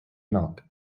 milk